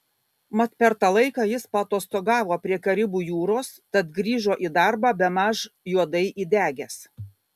mat per tą laiką jis paatostogavo prie karibų jūros tad grįžo į darbą bemaž juodai įdegęs